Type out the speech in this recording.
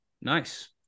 Nice